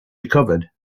recovered